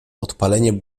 podpalenie